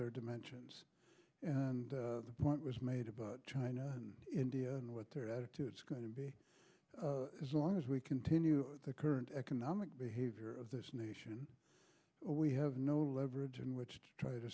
their dimensions and the point was made about china and india and what their attitudes going to be as long as we continue the current economic behavior of this nation we have no leverage in which to try to